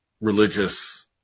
religious